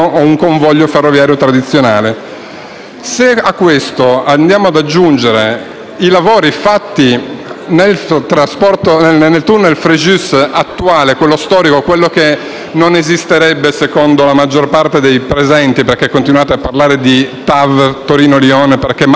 A questo andiamo ad aggiungere i lavori fatti nel tunnel Frejus attuale (quello storico, quello che non esisterebbe secondo la maggior parte dei presenti, visto che continuate a parlare di TAV Torino-Lione, perché manca la ferrovia, ma il traforo c'è).